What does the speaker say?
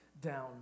down